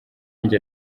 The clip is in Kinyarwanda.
njye